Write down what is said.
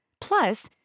Plus